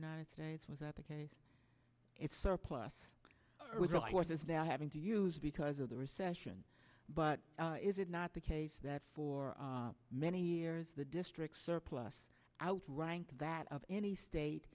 united states was not the case it's surplus with what is now having to use because of the recession but is it not the case that for many years the district surplus out ranked that of any state